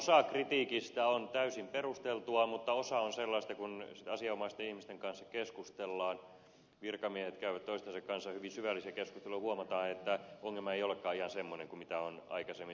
osa kritiikistä on täysin perusteltua mutta osa on sellaista että kun asianomaisten ihmisten kanssa keskustellaan virkamiehet käyvät toistensa kanssa hyvin syvällisiä keskusteluja huomataan että ongelma ei olekaan ihan semmoinen kuin mitä on aikaisemmin sanottu